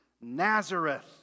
Nazareth